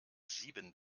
sieben